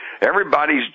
Everybody's